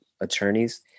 attorneys